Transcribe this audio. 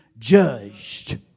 judged